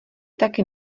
taky